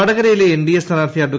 വടകരയിലെ എൻഡിഎ സ്ഥാനാർത്ഥി അഡ്വ